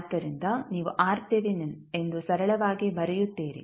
ಆದ್ದರಿಂದ ನೀವು ಎಂದು ಸರಳವಾಗಿ ಬರೆಯುತ್ತೀರಿ